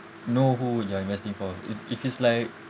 know who you are investing for if if it's like